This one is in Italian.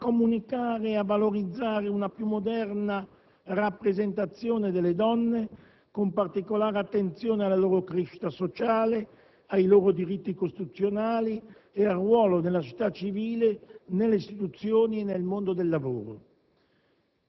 a comunicare e a valorizzare una più moderna rappresentazione delle donne, con particolare attenzione alla loro crescita sociale, ai loro diritti costituzionali e al loro ruolo nella società civile, nelle istituzioni e nel mondo del lavoro».